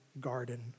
garden